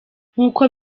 nkuko